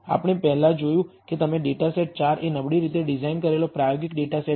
આપણે પહેલા જોયું તેમ ડેટા સેટ 4 એ નબળી રીતે ડિઝાઇન કરેલો પ્રાયોગિક ડેટા સેટ છે